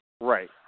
Right